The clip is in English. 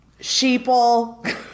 Sheeple